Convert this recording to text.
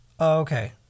Okay